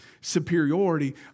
superiority